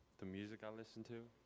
the music i listen to.